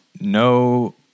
no